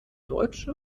deutsche